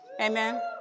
Amen